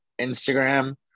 instagram